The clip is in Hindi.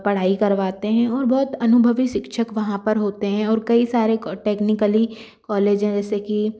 पढ़ाई करवाते हैं और बहुत अनुभवी शिक्षक वहाँ पर होते हैं और कई सारे टेक्नीकली कॉलेज है जैसे कि